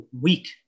week